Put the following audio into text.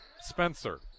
Spencer